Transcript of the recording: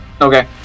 Okay